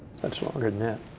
it's longer than